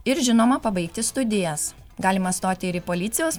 ir žinoma pabaigti studijas galima stoti ir į policijos